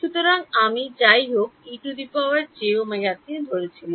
সুতরাং আমি যাইহোক ejωt ধরে ছিল